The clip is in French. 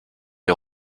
les